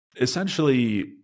Essentially